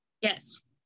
Yes